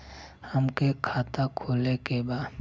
हमके खाता खोले के बा?